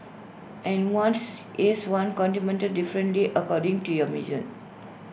and one's is one's contentment differently according to your mission